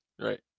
Right